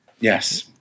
Yes